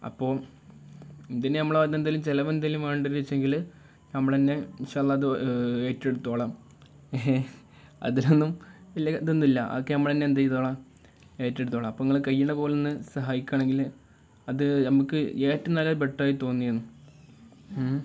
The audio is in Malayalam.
അപ്പോൾ ഇതിന് നമ്മൾ അതെന്തേലും ചിലവ് എന്തേലും വേണ്ടന്ന് വെച്ചെങ്കിൽ നമ്മൾ തന്നെ ഇൻഷല്ല അത് ഏറ്റെടുത്തോളാം അതിനൊന്നും ഇല്ല ഇതൊന്നും അല്ല അതൊക്കെ നമ്മൾ തന്നെ എന്ത് ചെയ്തോളാം ഏറ്റെടുത്തോളാം അപ്പം ഇങ്ങൾ കഴിയണത് പോലെ ഒന്ന് സഹായിക്കുകയാണെങ്കിൽ അത് നമുക്ക് ഏറ്റവും നല്ല ബെറ്റർ ആയി തോന്നിയേനെ